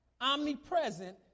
omnipresent